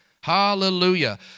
Hallelujah